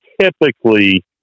typically